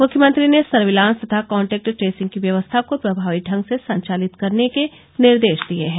मुख्यमंत्री ने सर्विलांस तथा कॉन्टेक्ट ट्रेसिंग की व्यवस्था को प्रभावी ढंग से संचालित करने के निर्देश दिये हैं